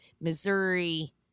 Missouri